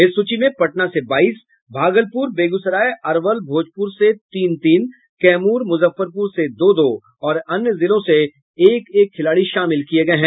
इस सूची में पटना से बाईस भागलपुर बेगूसराय अरवल भोजपुर से तीन तीन कैमूर मुजफ्फरपुर से दो दो और अन्य जिलों से एक एक खिलाड़ी शामिल किये गये हैं